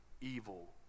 evil